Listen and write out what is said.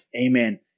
Amen